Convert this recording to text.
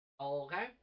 Okay